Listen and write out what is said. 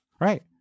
Right